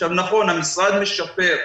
עכשיו נכון, המשרד משפר.